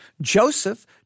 Joseph